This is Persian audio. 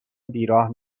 بیراه